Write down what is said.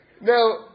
now